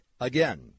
Again